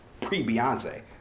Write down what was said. pre-Beyonce